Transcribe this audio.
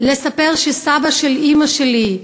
לספר שסבא של אימא שלי,